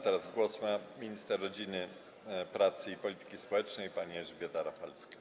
Teraz głos ma minister rodziny, pracy i polityki społecznej pani Elżbieta Rafalska.